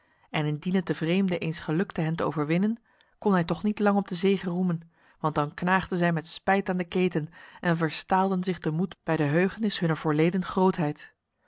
en indien het de vreemde eens gelukte hen te overwinnen kon hij toch niet lang op de zege roemen want dan knaagden zij met spijt aan de keten en verstaalden zich de moed bij de heugenis hunner voorleden grootheid